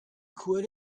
quit